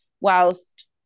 whilst